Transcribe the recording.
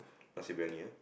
nasi-briyani uh